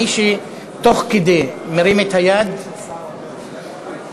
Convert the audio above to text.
מי שתוך כדי מרים את היד, לא.